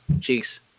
cheeks